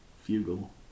Fugle